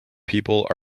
people